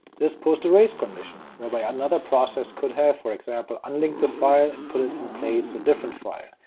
this posed a race condition, whereby another process could have, for example, unlinked the file and put it in a place a different file,